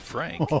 Frank